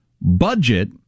budget